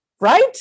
Right